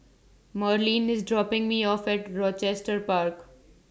Marleen IS dropping Me off At Rochester Park